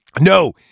No